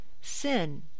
Sin